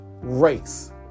race